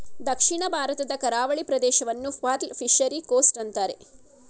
ದಕ್ಷಿಣ ಭಾರತದ ಕರಾವಳಿ ಪ್ರದೇಶವನ್ನು ಪರ್ಲ್ ಫಿಷರಿ ಕೋಸ್ಟ್ ಅಂತರೆ